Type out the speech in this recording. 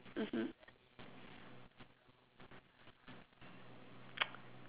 mmhmm